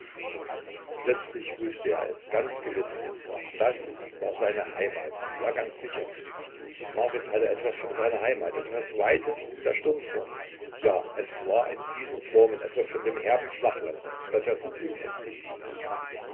plötzlich wußte er es ganz gewiß das war seine heimat ja ganz sicher marit hatte etwas von seiner heimat etwas weites in der stirnform ja es war in diesen formen etwas von dem herben flachland das er so unendlich liebte